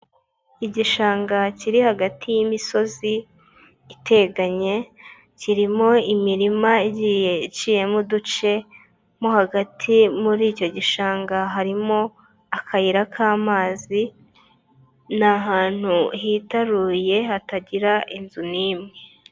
Igishanga kiri hagati y'imisozi iteganye, kirimo imirima igiye iciyemo uduce mo hagati muri icyo gishanga, harimo akayira k'amazi ni ahantu hitaruye hatagira inzu n'imwe.